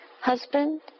husband